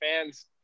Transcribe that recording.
fans